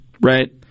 right